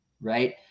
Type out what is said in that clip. right